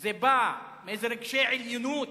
זה בא, מאיזה רגשי עליונות